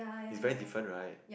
it's very different right